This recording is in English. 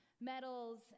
medals